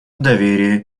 доверие